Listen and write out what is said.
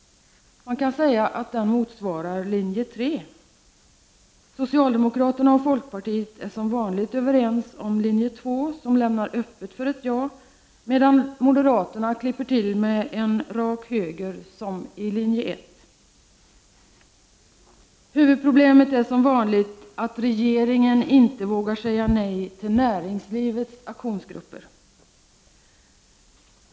Man kan säga att den motsvarar linje 3. Socialdemokraterna och folkpartiet är som vanligt överens om linje 2, som lämnar öppet för ett ja, medan moderaterna klipper till med en rak höger som i linje 1. Huvudproblemet är — som vanligt — att regeringen inte vågar säga nej till näringslivets aktionsgrupper.